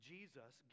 Jesus